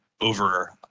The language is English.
over